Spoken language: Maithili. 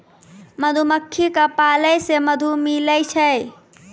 मधुमक्खी क पालै से मधु मिलै छै